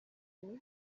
ubu